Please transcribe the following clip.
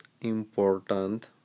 important